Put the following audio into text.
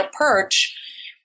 perch